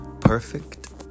Perfect